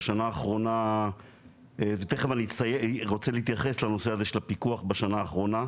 בשנה האחרונה ותיכף אני רוצה להתייחס לנושא הזה של הפיקוח בשנה האחרונה,